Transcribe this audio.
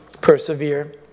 persevere